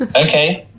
and okay!